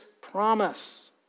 promise